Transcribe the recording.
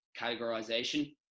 categorization